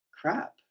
crap